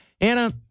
Anna